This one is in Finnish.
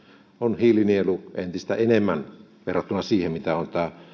on hiilinielu entistä enemmän verrattuna siihen mitä on tämä